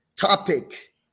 topic